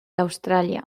australia